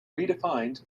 redefined